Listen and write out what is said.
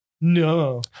No